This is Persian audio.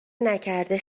نکرده